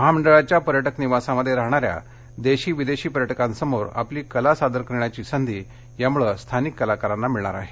महामंडळाच्या पर्यटक निवासामध्ये राहणाऱ्या देशी विदेशी पर्यटकांपुढे आपली कला सादर करण्याची संधी यामुळं स्थानिक कलाकारांना मिळणार आहे